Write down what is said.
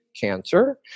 cancer